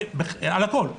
על הכול.